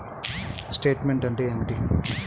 Statement అంటే ఏమిటి?